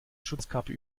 schutzkappe